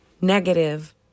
negative